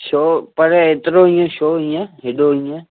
छो पर एतिरो ईअं छो ईअं हेॾो ईअं